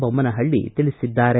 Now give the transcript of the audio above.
ಮೊಮ್ದನಹಳ್ಳ ತಿಳಿಸಿದ್ದಾರೆ